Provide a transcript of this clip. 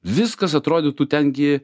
viskas atrodytų ten gi